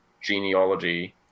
genealogy